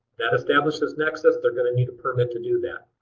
that establishes nexus. they're going to need a permit to do that.